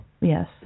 Yes